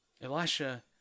Elisha